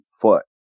foot